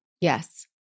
Yes